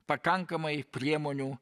pakankamai priemonių